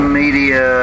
media